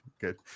good